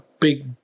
big